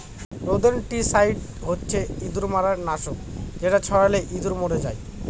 rodenticide হচ্ছে ইঁদুর মারার নাশক যেটা ছড়ালে ইঁদুর মরে যায়